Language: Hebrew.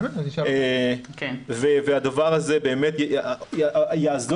אתה יכול לשאול